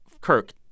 Kirk